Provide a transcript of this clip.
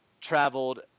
traveled